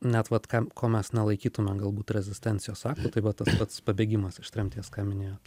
net vat kam ko mes nelaikytume galbūt rezistencijos aktu tai vat tas pats pabėgimas iš tremties ką minėjot